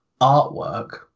artwork